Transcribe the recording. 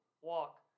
walk